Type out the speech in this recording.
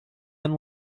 and